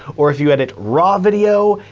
or if you edit raw video,